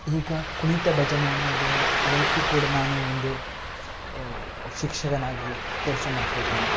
ಈಗ ಕುಣಿತ ಭಜನೆ ಅನ್ನೋದು ಅದಕ್ಕೂ ಕೂಡ ನಾನು ಒಂದು ಶಿಕ್ಷಕನಾಗಿ ಕೆಲಸ ಮಾಡ್ತಾ ಇದ್ದೇನೆ